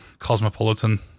cosmopolitan